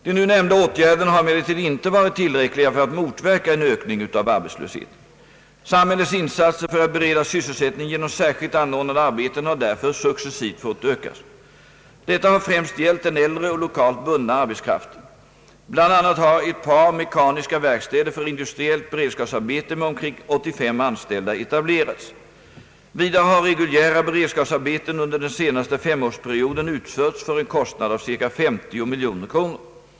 De nu nämnda åtgärderna har emellertid inte varit tillräckliga för att motverka en ökning av arbetslösheten. Samhällets insatser för att bereda sysselsättning genom särskilt anordnade arbeten har därför successivt fått ökas. Detta har främst gällt den äldre och lokalt bundna arbetskraften. Bl.a. har ett par mekaniska verkstäder för industriellt beredskapsarbete med omkring 85 anställda etablerats. Vidare har reguljära beredskapsarbeten under den senaste femårsperioden utförts för en kostnad av ca 50 miljoner kronor.